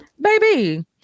baby